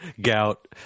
Gout